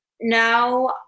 Now